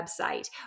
website